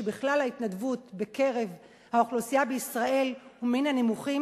שבכלל ההתנדבות בקרב האוכלוסייה בישראל היא מן הנמוכים,